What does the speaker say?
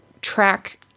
track